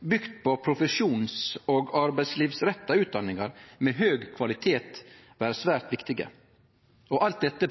bygt på profesjons- og arbeidslivsretta utdanningar med høg kvalitet, være svært viktig. Alt dette